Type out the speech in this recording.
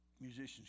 musicians